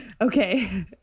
okay